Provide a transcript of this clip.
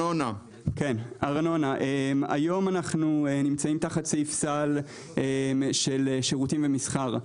אנחנו נמצאים היום תחת סעיף סל של שירותים ומסחר.